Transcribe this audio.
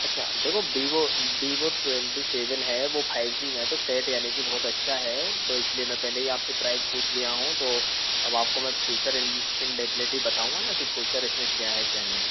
अच्छा देखो Vivo Vivo twenty seven है वो फाइव जी में है तो सेट यानि की बहुत अच्छा है तो इसलिए मैं पहले ही आप से प्राइज़ पूछ लिया हूँ तो अब आपको मैं फ्यूचर इन इन डेफिनेटली बताऊँगा ना कि फूचर इसमें क्या है क्या नहीं